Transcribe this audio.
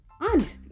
honesty